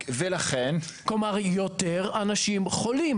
כלומר, יותר אנשים חולים.